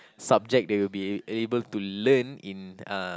subject that you'll be able to learn in uh